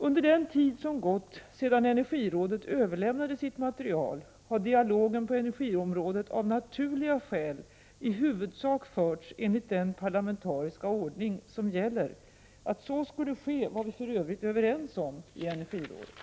Under den tid som gått sedan energirådet överlämnade sitt material har dialogen på energiområdet av naturliga skäl i huvudsak förts enligt den parlamentariska ordning som gäller. Att så skulle ske var vi för övrigt överens om i energirådet.